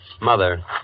Mother